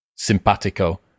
simpatico